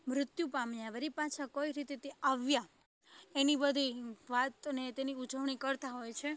મૃત્યુ પામ્યા વળી પાછા કઈ રીતે તે આવ્યા એની બધી વાત અને તેની ઉજવણી કરતા હોય છે